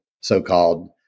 so-called